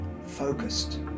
focused